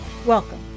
Welcome